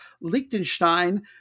Liechtenstein